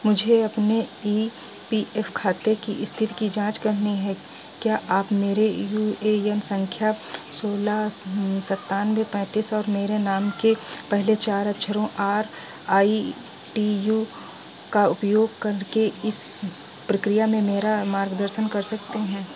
मुझे अपने E P F खाते की स्थिति की जांच करनी है क्या आप मेरे यू ए यन संख्या सोलह सत्तानवे पैंतीस और मेरे नाम के पहले चार अक्षरों आर आई टी यू का उपयोग करके इस प्रक्रिया में मेरा मार्गदर्शन कर सकते हैं